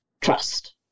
trust